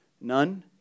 None